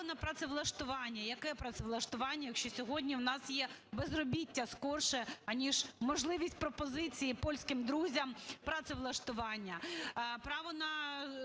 право на працевлаштування. Яке працевлаштування, якщо сьогодні в нас є безробіття скорше аніж можливість пропозиції польським друзям працевлаштування?